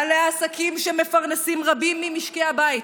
בעלי העסקים שמפרנסים רבים ממשקי הבית,